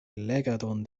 legadon